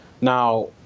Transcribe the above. Now